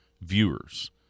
viewers